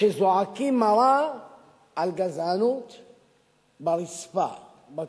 שזועקים מרה על גזענות ברצפה, בתחתית.